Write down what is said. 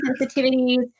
sensitivities